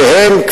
שהן,